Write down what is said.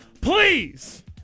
Please